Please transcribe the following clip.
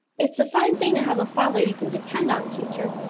it's a fine thing to have a father you can depend on, teacher.